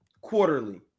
quarterly